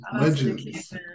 legends